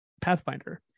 pathfinder